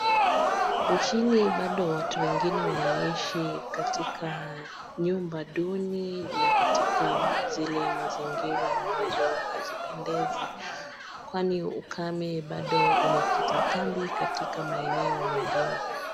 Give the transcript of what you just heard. Nchini bado kuna tu wengine ambao wanaishi katika nyumba duni au katika zile mazingira ambazo hazipndezi kwani ukame bado umekita kambi katika maeneo mengine.